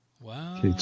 Wow